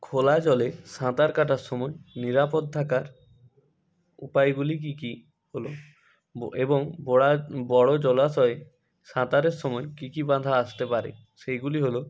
খোলা জলে সাঁতার কাটার সময় নিরাপদ থাকার উপায়গুলি কী কী হল এবং বড় জলাশয়ে সাঁতারের সময় কী কী বাধা আসতে পারে সেইগুলি হল